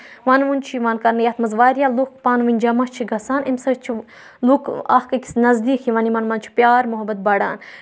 وَنوُن چھُ یِوان کَرنہٕ یَتھ منٛز واریاہ لُکھ پانہٕ ؤنۍ جمع چھِ گَژھان اَمہِ سۭتۍ چھِ لُکھ اَکھ أکِس نَزدیٖک یِوان یِمَن مَنٛز چھُ پیار مُحبت بَڑان